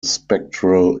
spectral